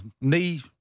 knee